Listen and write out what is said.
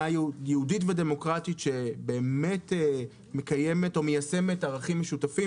יהודית ודמוקרטית שמקיימת ומיישמת ערכים משותפים.